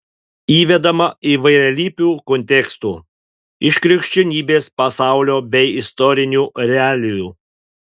įvedama įvairialypių kontekstų iš krikščionybės pasaulio bei istorinių realijų